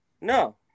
No